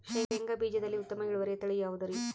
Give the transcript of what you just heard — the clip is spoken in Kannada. ಶೇಂಗಾ ಬೇಜದಲ್ಲಿ ಉತ್ತಮ ಇಳುವರಿಯ ತಳಿ ಯಾವುದುರಿ?